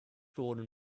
gordon